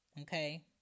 Okay